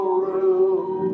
room